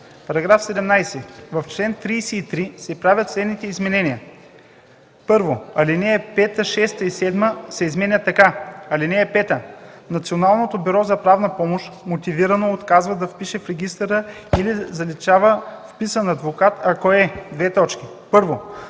§ 17: „§ 17. В чл. 33 се правят следните изменения: 1. Алинеи 5, 6 и 7 се изменят така: „(5) Националното бюро за правна помощ мотивирано отказва да впише в регистъра или заличава вписан адвокат, ако е: 1. наложено